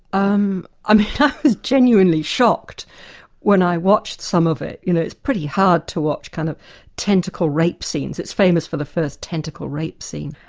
um and but i was genuinely shocked when i watched some of it, you know, it's pretty hard to watch kind of tentacle rape scenes. it's famous for the first tentacle rape scene,